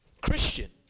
Christian